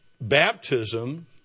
baptism